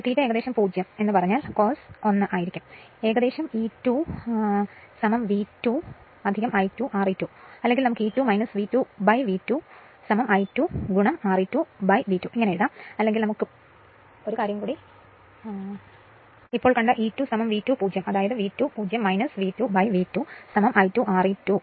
ഇപ്പോൾ ∂ ഏകദേശം 0 എന്ന് പറഞ്ഞാൽ കോസ് 1 1 ആണെന്ന് അതിനാൽ ഏകദേശം E2 ഏകദേശം V2 I2 Re2 അല്ലെങ്കിൽ നമുക്ക് E2 V2 V2 I2 Re2 V2 എഴുതാം അല്ലെങ്കിൽ നമുക്ക് ഇപ്പോൾ കണ്ട E2 V2 0 അതായത് V2 0 V2 V2 I2 Re2 V2